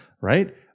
right